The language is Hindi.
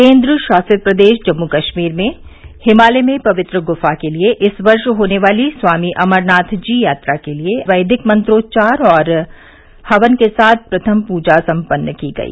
केंद्र शासित प्रदेश जम्मू कश्मीर में हिमालय में पवित्र गुफा के लिए इस वर्ष होने वाली स्वामी अमरनाथ जी यात्रा के लिए वैदिक मंत्रोच्चार और हवन के साथ प्रथम पूजा संपन्न की गई